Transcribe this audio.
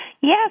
yes